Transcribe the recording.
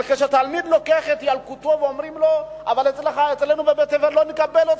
אבל כאשר תלמיד לוקח את ילקוטו ואומרים לו: אצלנו בבית-הספר לא תתקבל,